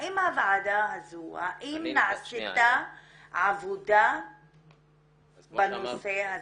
האם הוועדה הזו האם נעשתה עבודה בנושא הזה?